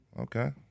Okay